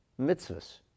mitzvahs